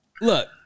look